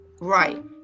Right